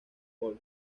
ball